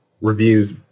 reviews